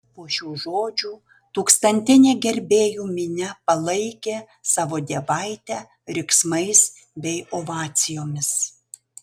po šių žodžių tūkstantinė gerbėjų minia palaikė savo dievaitę riksmais bei ovacijomis